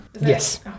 Yes